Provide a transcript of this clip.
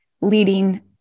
leading